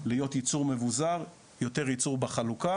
להיות ייצור מבוזר, יותר ייצור בחלוקה